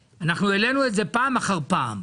והעלינו את זה פעם אחר פעם.